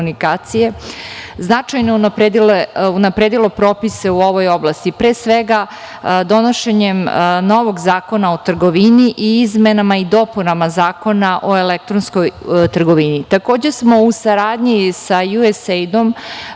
telekomunikacije značajno unapredilo propise u ovoj oblasti, pre svega donošenjem novog Zakona o trgovini i izmenama i dopunama Zakona o elektronskoj trgovini. Takođe, u saradnji sa USAID-om